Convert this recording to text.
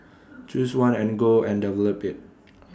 choose one and go and develop IT